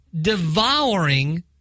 devouring